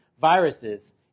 viruses